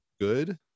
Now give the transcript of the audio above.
good